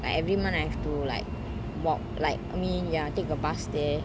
like every month I have to like walk like I mean ya take a bus there